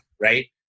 right